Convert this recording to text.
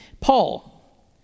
Paul